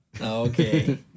Okay